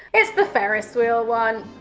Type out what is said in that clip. here's the ferris wheel one.